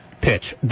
pitch